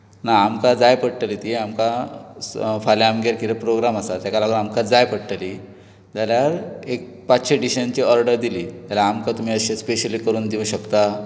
ना आमकां जाय पडटली ती आमकां फाल्यां आमगेर कितें प्रोग्राम आसा ताका लागून आमकां जाय पडटली जाल्यार एक पांचशे डिशांची ऑर्डर दिली जाल्यार आमकां तुमी अशे स्पॅशली करून दिवूंक शकता